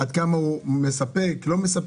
עד כמה מחיר הלחם מספק או לא.